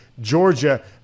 Georgia